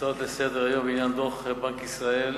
הצעות לסדר-היום בעניין דוח בנק ישראל,